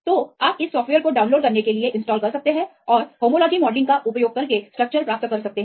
तो आप इस सॉफ़्टवेयर को डाउनलोड करने के लिए इसे इंस्टॉल कर सकते हैं और होमोलॉजी मॉडलिंग का उपयोग करके स्ट्रक्चर प्राप्त कर सकते हैं